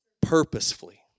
purposefully